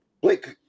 Blake